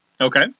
Okay